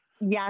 Yes